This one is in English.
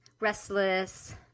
restless